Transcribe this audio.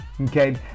Okay